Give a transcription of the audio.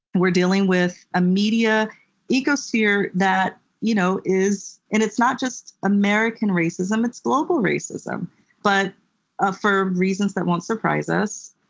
we're dealing with a media ecosphere that you know is and it's not just american racism it's global racism but ah for reasons that won't surprise us,